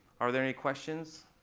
are there any questions?